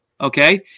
okay